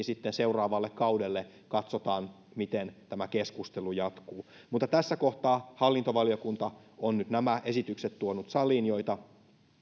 sitten kuitenkin seuraavalle kaudelle katsotaan miten tämä keskustelu jatkuu mutta tässä kohtaa hallintovaliokunta on nyt nämä esitykset tuonut saliin joita